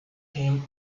him